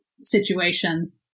situations